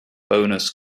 bonus